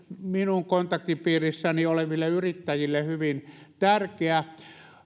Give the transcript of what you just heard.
minun kontaktipiirissäni oleville yrittäjille hyvin tärkeä